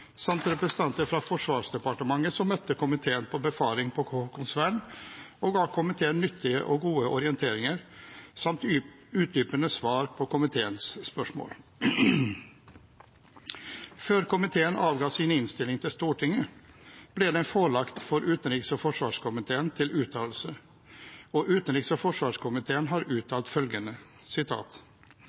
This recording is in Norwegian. samt representanter fra Forsvarsdepartementet, som møtte komiteen på befaringen på Haakonsvern og ga komiteen nyttige og gode orienteringer samt utdypende svar på komiteens spørsmål. Før komiteen avga sin innstilling til Stortinget, ble innstillingen forelagt utenriks- og forsvarskomiteen til uttalelse, og utenriks- og forsvarskomiteen har uttalt følgende: